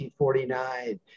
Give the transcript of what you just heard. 1949